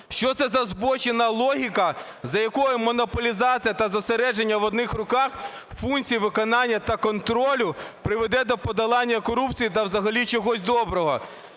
Що це за збочена логіка, за якою монополізація та зосередження в одних руках функцій виконання та контролю приведе до подолання корупції та взагалі чогось доброго?